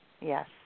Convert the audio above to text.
Yes